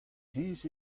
hennezh